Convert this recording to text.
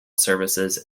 services